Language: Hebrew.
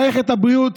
מערכת הבריאות